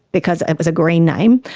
because it was a green name,